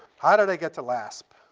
how did i get to lasp?